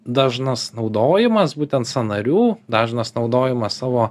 dažnas naudojimas būtent sąnarių dažnas naudojimas savo